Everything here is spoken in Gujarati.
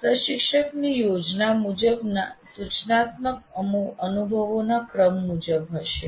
પ્રશિક્ષકની યોજના મુજબના સૂચનાત્મક અનુભવોના ક્રમ મુજબ હશે